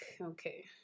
okay